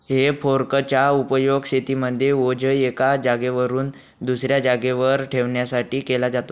हे फोर्क चा उपयोग शेतीमध्ये ओझ एका जागेवरून दुसऱ्या जागेवर ठेवण्यासाठी केला जातो